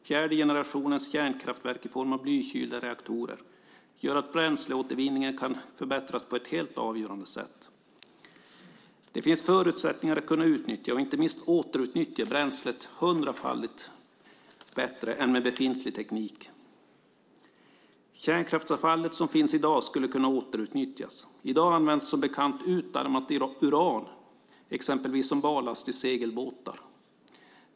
Fjärde generationens kärnkraftverk i form av blykylda reaktorer gör att bränsleåtervinningen kan förbättras på ett helt avgörande sätt. Det finns förutsättningar att kunna utnyttja, och inte minst återutnyttja, bränslet hundrafaldigt bättre än med befintlig teknik. Kärnkraftsavfallet som finns i dag skulle kunna återutnyttjas. I dag används som bekant utarmat uran exempelvis som barlast i segelbåtar.